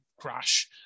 crash